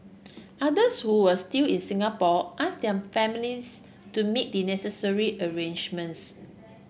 others who were still in Singapore ask their families to make the necessary arrangements